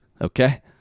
Okay